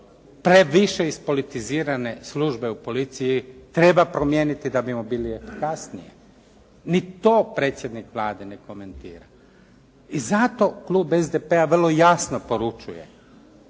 previše ispolitizirane službe u policiji treba promijeniti da bi bile efikasnije. Ni to predsjednik Vlade ne komentira. I zato klub SDP-a vrlo jasno poručuje,